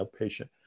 outpatient